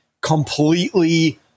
completely